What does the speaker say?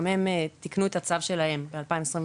גם הם תיקנו את הצו שלהם ב-2021.